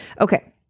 Okay